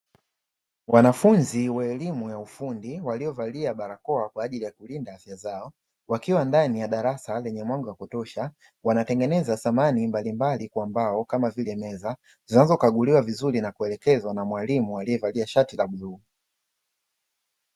Wanafunzi wa elimu ya ufundi waliovalia barakoa kwa ajili ya kulinda afya zao, wakiwa ndani ya darasa lenye mwanga wa kutosha, wanatengeneza samani mbalimbali kwa mbao kama vile meza, zinazokaguliwa vizuri na kuelekezwa na mwalimu alievalia vazi la bluu.